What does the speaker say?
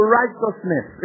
righteousness